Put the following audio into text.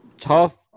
Tough